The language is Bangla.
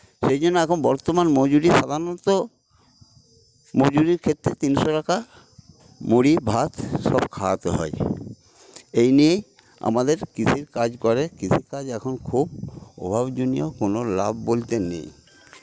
সেইজন্য এখন বর্তমান মজুরি সাধারণত মজুরির ক্ষেত্রে তিনশো টাকা মুড়ি ভাত সব খাওয়াতে হয় এই নিয়েই আমাদের কৃষির কাজ করে কৃষিকাজ এখন খুব অভাবজনীত কোনো লাভ বলতে নেই